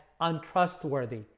untrustworthy